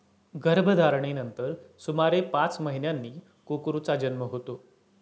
गर्भधारणेनंतर सुमारे पाच महिन्यांनी कोकरूचा जन्म होतो